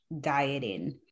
dieting